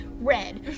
red